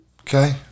okay